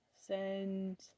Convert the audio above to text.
Send